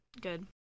Good